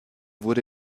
wurde